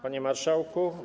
Panie Marszałku!